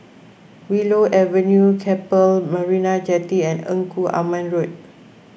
Willow Avenue Keppel Marina Jetty and Engku Aman Road